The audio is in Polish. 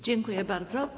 Dziękuję bardzo.